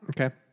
Okay